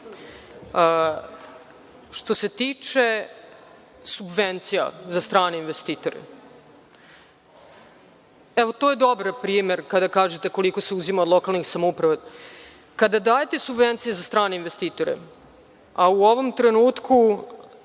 se tiče subvencija za strane investitore, to je dobar primer kada kažete koliko se uzima od lokalnih samouprava. Kada dajete subvencije za strane investitore, a u ovom trenutku